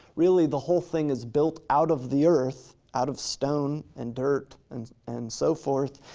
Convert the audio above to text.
really the whole thing is built out of the earth, out of stone and dirt and and so forth,